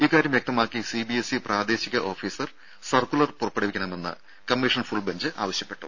ഇക്കാര്യം വ്യക്തമാക്കി സിബിഎസ്ഇ പ്രാദേശിക ഓഫീസർ സർക്കുലർ പുറപ്പെടുവിക്കണമെന്ന് കമ്മീഷൻ ഫുൾ ബെഞ്ച് ആവശ്യപ്പെട്ടു